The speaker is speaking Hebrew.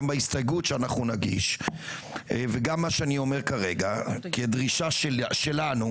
גם בהסתייגות שאנחנו נגיש וגם מה שאני אומר כרגע כדרישה שלנו,